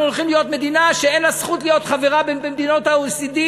אנחנו הולכים להיות מדינה שאין לה זכות להיות חברה במדינות ה-OECD,